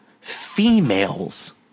females